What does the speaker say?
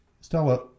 Stella